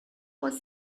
was